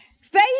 Faith